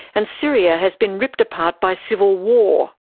and syria has been ripped apart by civil war.